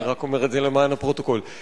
אני אומר את זה למען הפרוטוקול.